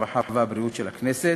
הרווחה והבריאות של הכנסת,